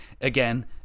again